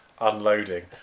unloading